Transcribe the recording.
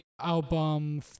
album